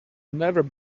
never